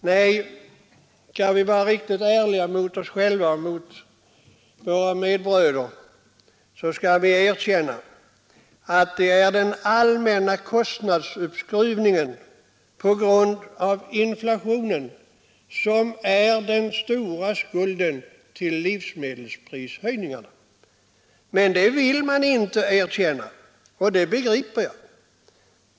Om vi skall vara ärliga mot oss själva och våra medbröder, skall vi erkänna att det är den allmänna kostnadsuppskruvningen på grund av inflationen som bär skulden till livsmedelsprishöjningarna. Men det vill man inte erkänna, och det begriper jag.